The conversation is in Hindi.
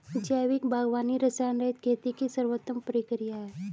जैविक बागवानी रसायनरहित खेती की सर्वोत्तम प्रक्रिया है